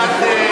עוד מעט,